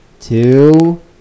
two